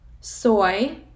soy